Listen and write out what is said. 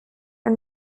and